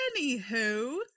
Anywho